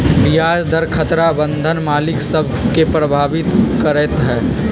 ब्याज दर खतरा बन्धन मालिक सभ के प्रभावित करइत हइ